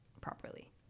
properly